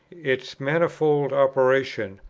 its manifold operation,